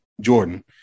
Jordan